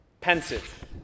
pensive